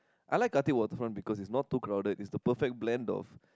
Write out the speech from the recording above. I like Khatib waterfront because it's not too crowded it's the perfect blend of